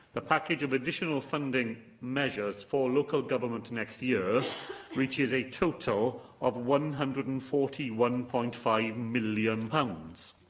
the package of additional funding measures for local government next year reaches a total of one hundred and forty one point five million pounds.